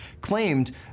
claimed